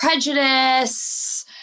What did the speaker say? prejudice